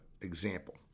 example